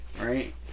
right